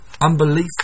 unbelief